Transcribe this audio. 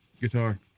guitar